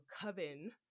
coven